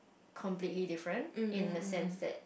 completely different in the sense that